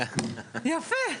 יפה.